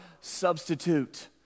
substitute